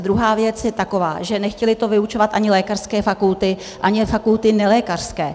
Druhá věc je taková, že to nechtěly vyučovat ani lékařské fakulty, ani fakulty nelékařské.